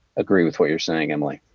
agree with what you're saying and like